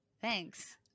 Thanks